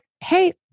hey